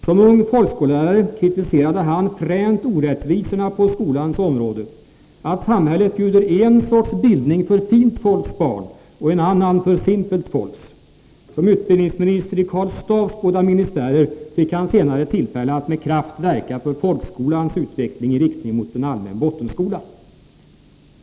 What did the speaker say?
Som ung folkskollärare kritiserade han fränt orättvisorna på skolans område — att samhället bjuder en sorts bildning för fint folks barn och en annan för simpelt folks. Som utbildningsminister i Karl Staaffs båda ministärer fick han senare tillfälle att med kraft verka för folkskolans utveckling i riktning mot en allmän bottenskola.